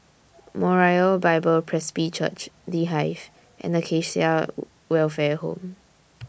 Moriah Bible Presby Church The Hive and Acacia Welfare Home